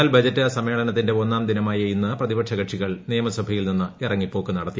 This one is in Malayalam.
എന്നാൽ ബജറ്റ് സമ്മേളനത്തിന്റെ ഒന്നാം ദിനമായ ഇന്ന് പ്രതിപക്ഷ കക്ഷികൾ നിയമസഭയിൽ നിന്നും ഇറങ്ങിപ്പോക്ക് നടത്തി